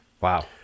Wow